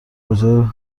بجای